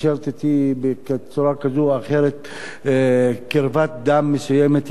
שקושרת אותי בצורה כזו או אחרת קרבת דם מסוימת אליהם,